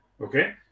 okay